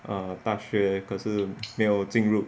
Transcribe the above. err 大学可是没有进入